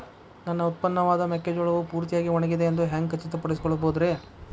ನನ್ನ ಉತ್ಪನ್ನವಾದ ಮೆಕ್ಕೆಜೋಳವು ಪೂರ್ತಿಯಾಗಿ ಒಣಗಿದೆ ಎಂದು ಹ್ಯಾಂಗ ಖಚಿತ ಪಡಿಸಿಕೊಳ್ಳಬಹುದರೇ?